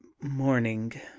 morning